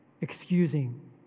excusing